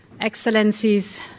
excellencies